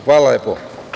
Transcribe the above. Hvala lepo.